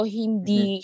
hindi